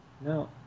No